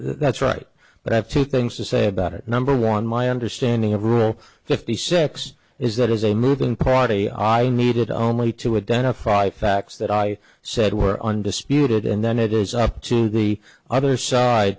that's right but i have two things to say about it number one my understanding of rule fifty six is that as a moving product i needed only to identify facts that i said were undisputed and then it is up to the other side